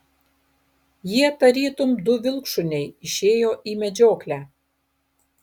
jie tarytum du vilkšuniai išėjo į medžioklę